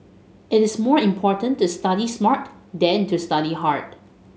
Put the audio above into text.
it is more important to study smart than to study hard